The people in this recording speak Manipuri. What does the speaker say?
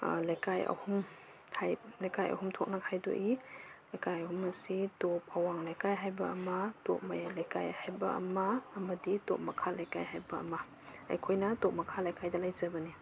ꯂꯩꯀꯥꯏ ꯑꯍꯨꯝ ꯂꯩꯀꯥꯏ ꯑꯍꯨꯝ ꯊꯣꯛꯅ ꯈꯥꯏꯗꯣꯛꯏ ꯂꯩꯀꯥꯏ ꯑꯍꯨꯝ ꯑꯁꯤ ꯇꯣꯞ ꯑꯋꯥꯡ ꯂꯩꯀꯥꯏ ꯍꯥꯏꯕ ꯑꯃ ꯇꯣꯞ ꯃꯌꯥꯏ ꯂꯩꯀꯥꯏ ꯍꯥꯏꯕ ꯑꯃ ꯑꯃꯗꯤ ꯇꯣꯞ ꯃꯈꯥ ꯂꯩꯀꯥꯏ ꯍꯥꯏꯕ ꯑꯃ ꯑꯩꯈꯣꯏꯅ ꯇꯣꯞ ꯃꯈꯥ ꯂꯩꯀꯥꯏꯗ ꯂꯩꯖꯕꯅꯤ